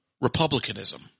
republicanism